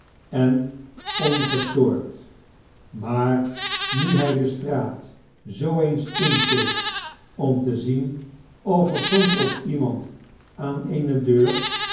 en ongestoord maar nu hij de straat zoo eens inkeek om te zien of er soms ook iemand aan eene deur